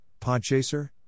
Podchaser